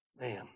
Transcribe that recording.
Man